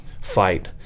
fight